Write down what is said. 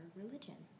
religion